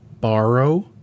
borrow